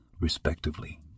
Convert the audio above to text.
respectively